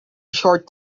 short